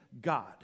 God